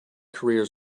careers